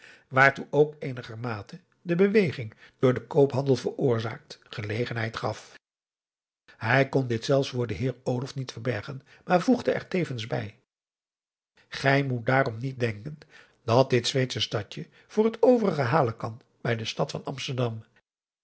waartoe ook eenigermate de beweging door den koophandel veroorzaakt gelegenheid gaf hij kon dit zelfs voor den heer olof niet verbergen maar voegde er tevens bij gij moet daarom niet denken dat dit zweedsche stadje voor het overige halen kan bij de stad van amsterdam